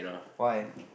why